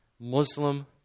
Muslim